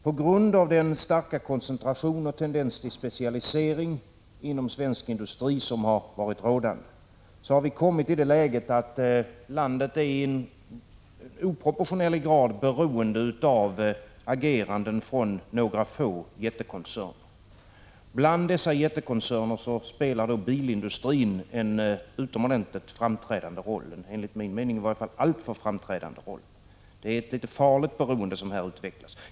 På grund av den starka koncentration och tendens till specialisering som varit rådande inom svensk industri har vi kommit i det läget att landet i en oproportionerlig grad är beroende av ageranden från några få jättekoncerner. Bland dessa jättekoncerner spelar bilindustrin en utomordentligt framträdande roll, en i varje fall enligt min mening alltför framträdande roll. Det är ett farligt beroende som här utvecklas.